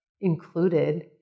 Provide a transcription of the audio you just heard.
included